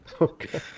Okay